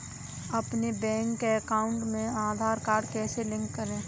अपने bank account में Aadhaar card कैसे लिंक करें?